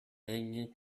hanging